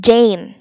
Jane